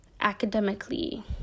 academically